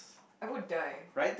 I would die